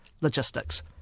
logistics